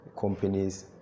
companies